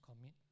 commit